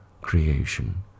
creation